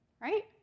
Right